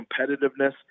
competitiveness